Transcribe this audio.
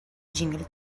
җиңел